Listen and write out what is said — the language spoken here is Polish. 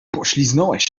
pośliznąłeś